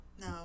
No